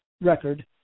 record